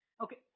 Okay